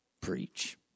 Preach